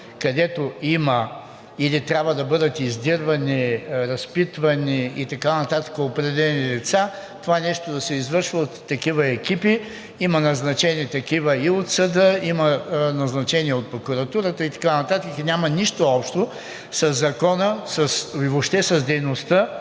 където има или трябва да бъдат издирвани, разпитвани и така нататък определени лица, това нещо да се извършва от такива екипи. Има назначени такива и от съда, има назначени от прокуратурата и така нататък и няма нищо общо със Закона и въобще с дейността